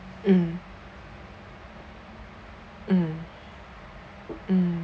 mm mm mm